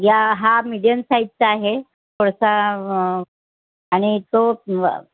या हा मीडियम साईजचा आहे थोडसा आणि तो